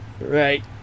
Right